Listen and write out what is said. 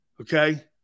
Okay